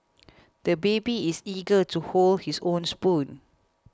the baby is eager to hold his own spoon